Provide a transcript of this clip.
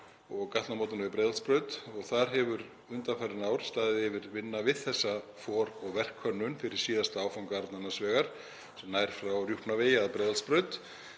og gatnamótanna við Breiðholtsbraut. Þar hefur undanfarin ár staðið yfir vinna við þessa for- og verkhönnun fyrir síðasta áfanga Arnarnesvegar sem nær frá Rjúpnavegi að Breiðholtsbraut.